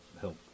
help